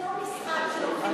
זה לא משרד שלוקחים,